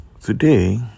today